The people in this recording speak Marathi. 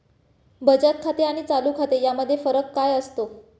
बचत खाते आणि चालू खाते यामध्ये फरक काय असतो?